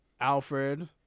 alfred